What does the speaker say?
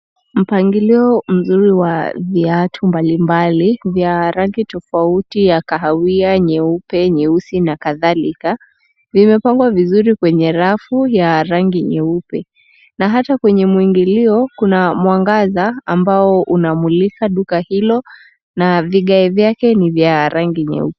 Mpangilio mzuri wa viatu mbalimbali vya rangi tofauti ya kahawia, nyeupe, nyeusi na kadhalika .Limepangwa vizuri kwenye rafu ya rangi nyeupe na hata kwenye mwingilio kuna mwangaza ambao unamulika duka hilo na vigae vyake ni vya rangi nyeupe.